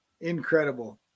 incredible